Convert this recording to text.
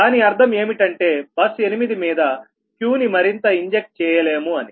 దాని అర్థం ఏమిటంటే బస్ 8 మీద Qని మరింత ఇంజెక్ట్ చేయలేము అని